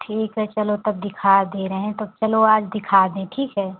ठीक है चलो तब दिखा दे रहे हैं तो चलो आज दिखा दें ठीक है